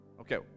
Okay